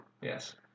yes